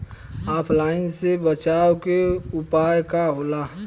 ऑफलाइनसे बचाव के उपाय का होला?